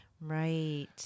Right